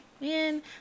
Man